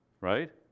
Right